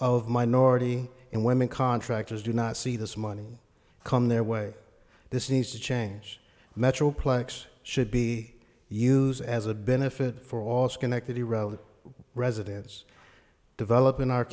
of minority and women contractors do not see this money come their way this needs to change metroplex should be used as a benefit for all schenectady rather residents develop in our